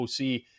OC